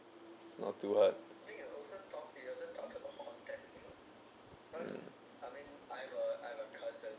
it's not too hard